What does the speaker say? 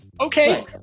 Okay